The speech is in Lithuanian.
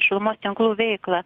šilumos tinklų veiklą